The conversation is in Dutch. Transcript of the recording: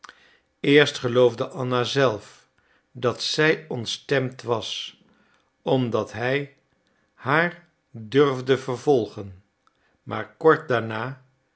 eerst geloofde anna zelf dat zij ontstemd was omdat hij haar durfde vervolgen maar kort daarna